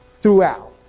throughout